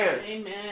Amen